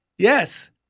Yes